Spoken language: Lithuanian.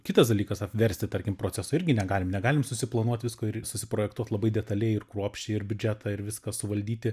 kitas dalykas apversti tarkim proceso irgi negalim negalim susiplanuot visko ir susiprojektuot labai detaliai ir kruopščiai ir biudžetą ir viską suvaldyti